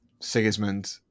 Sigismund